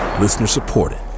Listener-supported